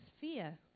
fear